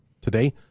today